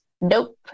Nope